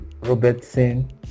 Robertson